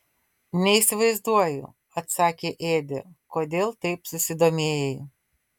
neįsivaizduoju atsakė ėdė kodėl taip susidomėjai